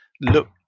look